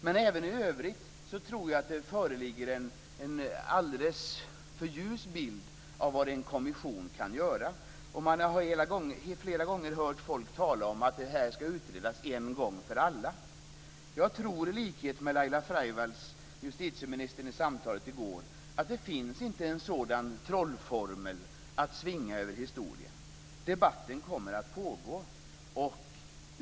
Men även i övrigt tror jag att det föreligger en alldeles för ljus bild av vad en kommission kan göra. Man har flera gånger hört folk tala om att det här skall utredas en gång för alla. Jag tror, i likhet med det justitieminister Laila Freivalds framförde i samtalet i går, att det inte finns en sådan trollformel att svinga över historien. Debatten kommer att pågå.